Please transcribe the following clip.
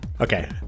Okay